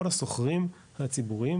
כל השוכרים הציבוריים,